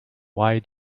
why